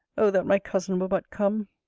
oh! that my cousin were but come!